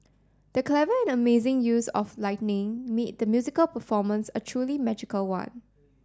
the clever and amazing use of lightning made the musical performance a truly magical one